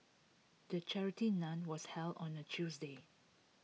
the charity nun was held on A Tuesday